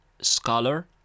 scholar